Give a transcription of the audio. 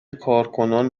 کارکنان